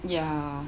ya